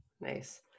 Nice